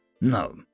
No